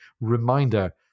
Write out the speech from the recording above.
reminder